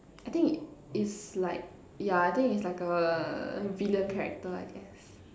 I think it's like yeah I think it's like a villain character I guess